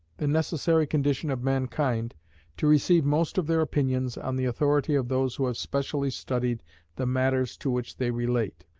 the necessary condition of mankind to receive most of their opinions on the authority of those who have specially studied the matters to which they relate.